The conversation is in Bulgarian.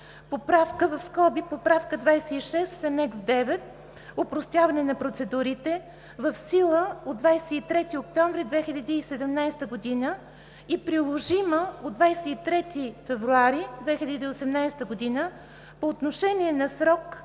(Поправка 26 на Анекс 9 „Опростяване на процедурите“, в сила от 23 октомври 2017 г. и приложима от 23 февруари 2018 г.) по отношение на срок